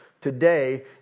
today